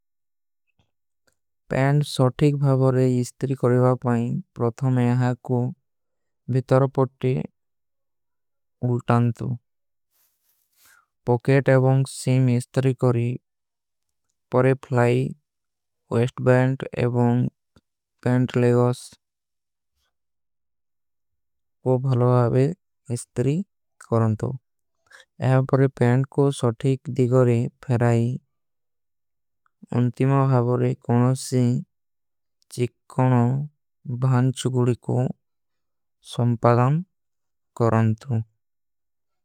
ପୈଂଟ ସୋଠୀକ ଭାଵରେ ଇସ୍ତିରୀ କରେଵା ପାଇଂ ପ୍ରଥମେ। ଯହାଁ କୋ ଵିତର ପଟେ ଉଲ୍ଟାନତୋ ପୋକେଟ ଏବଂଗ ସୀମ। ଇସ୍ତରୀ କରୀ ପରେ ଫ୍ଲାଈ ଵେସ୍ଟ ବୈଂଟ ଏବଂଗ ପୈଂଟ। ଲେଗସ ଵୋ ଭଲୋ ହାଁଗେ ଇସ୍ତରୀ କରନତୋ ଯହାଁ ପରେ। ପୈଂଟ କୋ ସୋଠୀକ ଦିଗରେ ଫେରାଈ ପରେ ଫ୍ଲାଈ। ଵେସ୍ତ ବୈଂଟ କୋ ସୋଠୀକ ଦିଗରେ ଫେରାଈ।